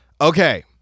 Okay